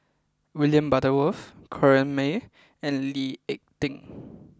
William Butterworth Corrinne May and Lee Ek Tieng